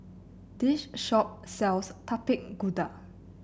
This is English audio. this shop sells Tapak Kuda